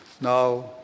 Now